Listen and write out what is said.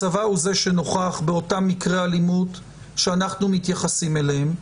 הצבא הוא זה שנוכח באותם מקרי אלימות שאנחנו מתייחסים אליהם,